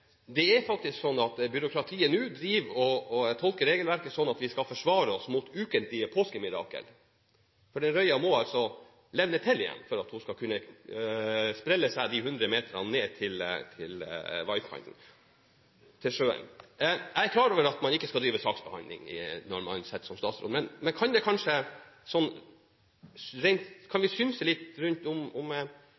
er faktisk slik at byråkratiet nå driver og tolker regelverket slik at vi skal forsvare oss mot ukentlige påskemirakler – for denne røya må altså livne til igjen for at den skal kunne sprelle de hundre meterne ned til vannkanten, til sjøen. Jeg er klar over at man ikke skal drive saksbehandling når man sitter som statsråd, men kan vi synse litt rundt dette: Er dette det